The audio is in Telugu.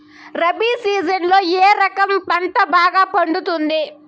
రబి సీజన్లలో ఏ రకం పంట బాగా పండుతుంది